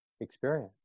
experience